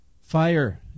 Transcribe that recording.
Fire